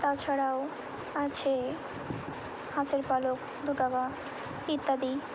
তাছাড়াও আছে হাঁসের পালক দু টাকা ইত্যাদি